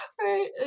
right